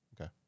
Okay